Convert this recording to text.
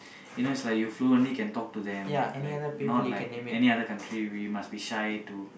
you know it's like you fluently can talk to them like not like any other country we must be shy to